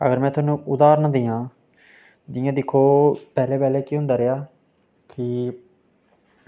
अगर में थाह्नूं उदाहरण देआं जि'यां दिक्खो पैह्लें पैह्लें केह् होंदा रेहा कि